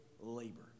labor